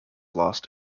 lost